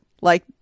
like-